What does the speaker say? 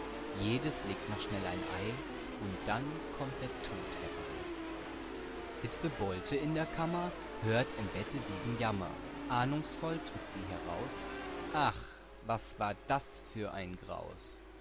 jedes legt noch schnell ein ei und dann kommt der tod herbei illustration witwe bolte in der kammer witwe bolte in der kammer hört im bette diesen jammer illustration tritt heraus ahnungsvoll tritt sie heraus ach was war das für ein graus